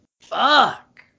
Fuck